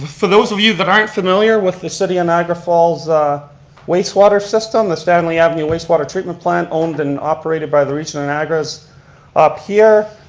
for those of you that aren't familiar with the city of niagara falls wastewater system, the stanley avenue wastewater treatment plan owned and operated by the region of niagara is up here.